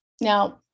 Now